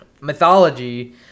mythology